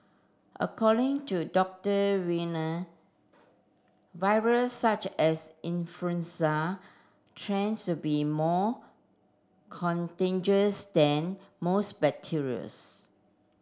according to Doctor Wiener viruses such as influenza to be more contagious than most bacterias